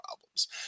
problems